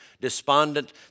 despondent